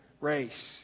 race